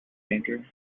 danger